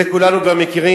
את זה כולנו כבר מכירים.